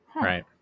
Right